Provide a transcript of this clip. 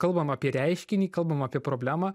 kalbam apie reiškinį kalbam apie problemą